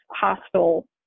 hostile